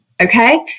okay